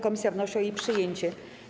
Komisja wnosi o jej przyjęcie.